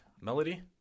Melody